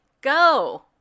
Go